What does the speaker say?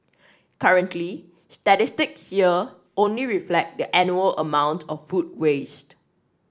currently statistics here only reflect the annual amount of food waste